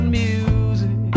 music